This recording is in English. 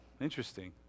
interesting